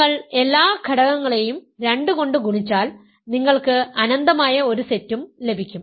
നിങ്ങൾ എല്ലാ ഘടകങ്ങളെയും 2 കൊണ്ട് ഗുണിച്ചാൽ നിങ്ങൾക്ക് അനന്തമായ ഒരു സെറ്റും ലഭിക്കും